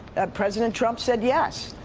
president trump said yes.